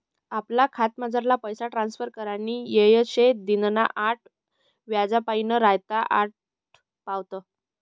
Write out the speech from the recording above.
आपला खातामझारला पैसा ट्रांसफर करानी येय शे दिनना आठ वाज्यापायीन रातना आठ पावत